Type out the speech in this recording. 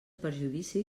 perjudici